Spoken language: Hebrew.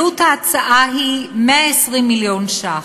עלות ההצעה היא 120 מיליון ש"ח,